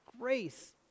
grace